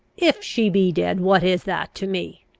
if she be dead, what is that to me?